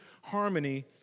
harmony